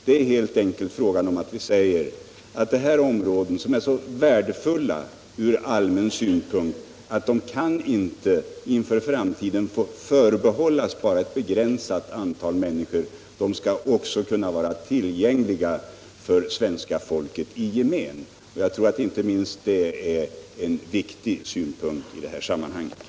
Det är helt enkelt fråga om att dessa områden, som är så värdefulla ur allmän synpunkt, i framtiden inte skall förbehållas bara ett begränsat antal människor utan att de skall kunna vara tillgängliga för folket i gemen.